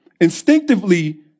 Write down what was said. Instinctively